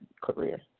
career